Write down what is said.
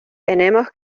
tenemos